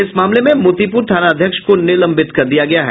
इस मामले में मोतिपुर थानाध्यक्ष को निलंबित किया गया है